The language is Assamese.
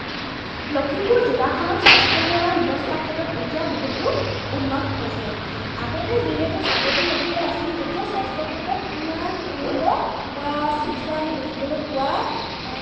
লখিমপুৰ জিলাখনত স্বাস্থ্যসেৱা ব্যৱস্থা ক্ষেত্ৰত এতিয়া বহুতো উন্নত হৈছে আগতে যিহেতু চাবতি মেডিকেল আছিল তেতিয়া স্বাস্থ্যক্ষেত্ৰত ইমান উন্নত বা চিকিৎসা আমি দেখিবলৈ পোৱা